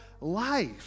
life